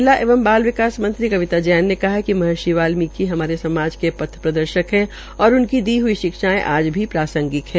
महिला एवं बाल विकास मंत्री कविता जैन ने कहा है कि महर्षि वाल्मीकि हमारे समाज के पथ प्रदर्शक है और उनकी दी गई शिक्षायें आज भी प्रांसगिक है